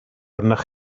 arnoch